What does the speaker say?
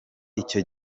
icyo